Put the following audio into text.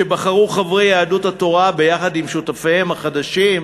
שבחרו חברי יהדות התורה ביחד עם שותפיהם החדשים,